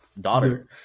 daughter